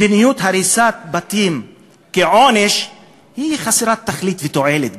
מדיניות הריסת בתים כעונש היא חסרת תכלית ותועלת גם.